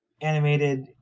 animated